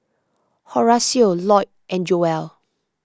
Horacio Loyd and Joelle